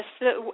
yes